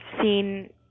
seen